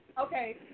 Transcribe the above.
Okay